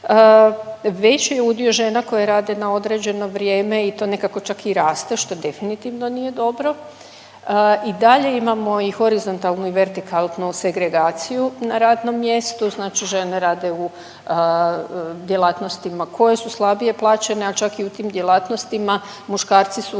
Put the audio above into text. Veći je udio žena koje rade na određeno vrijeme i to nekako čak i raste, što definitivno nije dobro. I dalje imamo i horizontalnu i vertikalnu segregaciju na radnom mjestu, znači žene rade u djelatnostima koje su slabije plaćene, a čak i u tim djelatnostima muškarci su